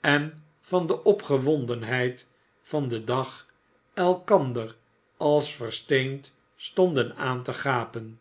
en van de opgewondenheid van den dag elkander als versteend stonden aan te gapen